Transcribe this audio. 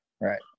Right